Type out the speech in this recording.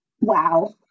Wow